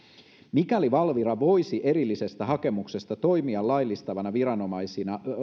mikäli valvira voisi erillisestä hakemuksesta toimia laillistavana viranomaisena